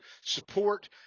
support